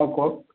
অঁ কওক